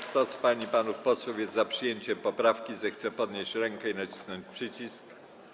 Kto z pań i panów posłów jest za przyjęciem poprawki, zechce podnieść rękę i nacisnąć przycisk.